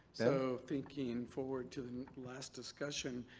so thinking forward to the last discussion,